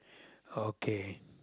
okay